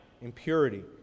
impurity